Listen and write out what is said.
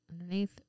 underneath